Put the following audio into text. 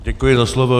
Děkuji za slovo.